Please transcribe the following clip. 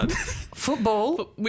Football